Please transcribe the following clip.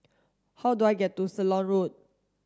how do I get to Ceylon Road